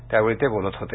त्यावेळी ते बोलत होते